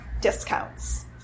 discounts